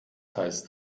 heißt